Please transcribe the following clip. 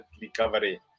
recovery